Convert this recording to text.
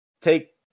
take